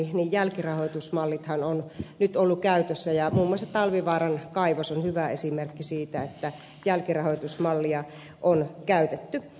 jälkirahoitusmallithan ovat nyt olleet käytössä ja muun muassa talvivaaran kaivos on hyvä esimerkki siitä että jälkirahoitusmallia on käytetty